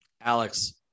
Alex